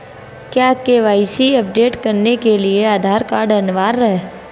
क्या KYC update करने के लिए आधार कार्ड अनिवार्य है?